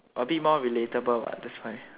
a bit more relatable what that's why